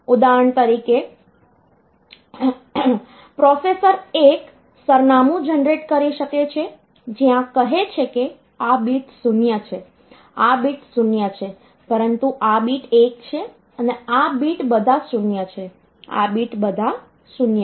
ઉદાહરણ તરીકે પ્રોસેસર એક સરનામું જનરેટ કરી શકે છે જ્યાં કહે છે કે આ બીટ 0 છે આ બીટ 0 છે પરંતુ આ બીટ 1 છે અને આ બિટ્સ બધા 0 છે આ બિટ્સ બધા 0 છે